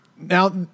Now